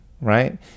right